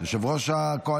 כהונה